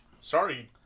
sorry